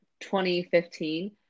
2015